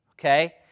okay